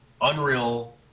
Unreal